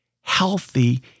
healthy